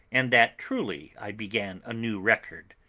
and that truly i began a new record.